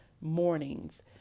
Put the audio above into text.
mornings